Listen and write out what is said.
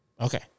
Okay